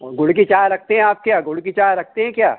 और गुड़ की चाय रखती हैं आप क्या गुड़ की चाय रखती हैं क्या